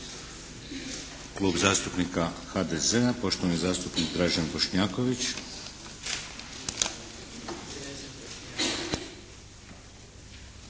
Klub zastupnika HDZ-a poštovani zastupnik Dražen Bošnjaković.